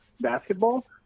basketball